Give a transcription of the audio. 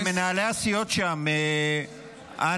מנהלי הסיעות שם, אנא.